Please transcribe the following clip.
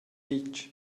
vitg